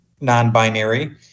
non-binary